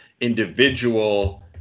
individual